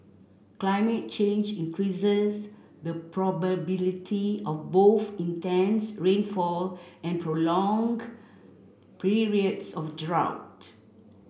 climate change increases the probability of both intense rainfall and prolonged periods of drought